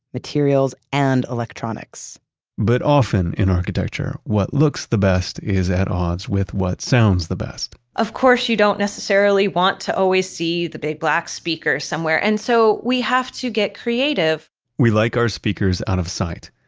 materials, and electronics but often in architecture, what looks the best is at odds with what sounds the best of course, you don't necessarily want to always see the big black speakers somewhere. and so, we have to get creative we like our speakers out of sight.